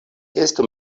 estu